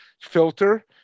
filter